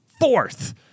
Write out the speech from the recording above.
fourth